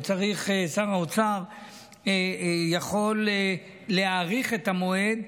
שר האוצר יכול להאריך את המועד,